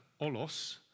olos